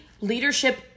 leadership